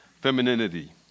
femininity